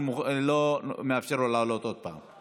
אני לא מאפשר לו לעלות עוד פעם.